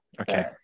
okay